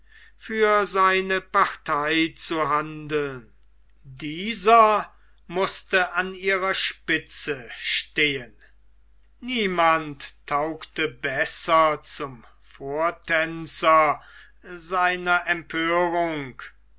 für seine partei zu handeln dieser mußte an ihrer spitze stehen niemand taugte besser zum vortänzer einer empörung